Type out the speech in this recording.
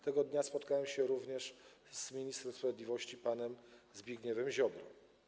Tego dnia spotkałem się również z ministrem sprawiedliwości panem Zbigniewem Ziobro.